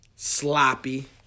Sloppy